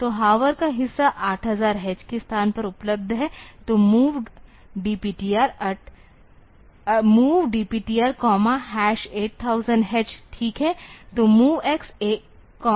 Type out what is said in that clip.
तो हावर का हिस्सा 8000H के स्थान पर उपलब्ध है तो MOV DPTR 8000 H ठीक है तो MOVX A DPTR